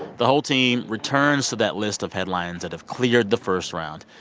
the whole team returns to that list of headlines that have cleared the first round,